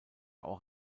auch